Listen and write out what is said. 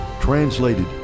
translated